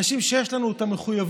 אנשים שיש לנו את המחויבות